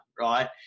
right